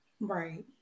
Right